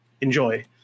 Enjoy